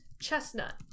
Chestnut